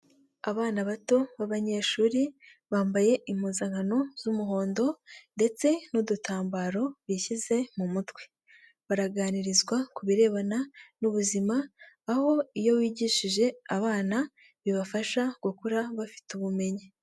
Abana bato b'abanyeshuri bambaye impuzankano z'umuhondo ndetse n'udutambaro bishyize mu mutwe, baraganirizwa ku birebana n'ubuzima aho iyo bigishije abana bibafasha gukura bafite ubumenyi.